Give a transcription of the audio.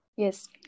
Yes